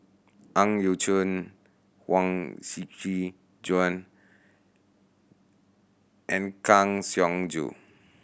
Ang Yau Choon Huang Shiqi Joan and Kang Siong Joo